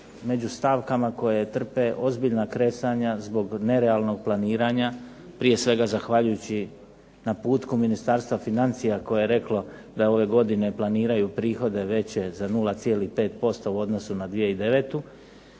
među stavkama koje trpe ozbiljna kresanja zbog nerealnog planiranja, prije svega zahvaljujući naputku Ministarstva financija koje je reklo da ove godine planiraju prihode veće za 0,5% u odnosu na 2009.